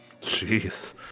Jeez